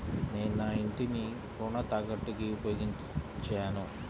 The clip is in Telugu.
నేను నా ఇంటిని రుణ తాకట్టుకి ఉపయోగించాను